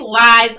lies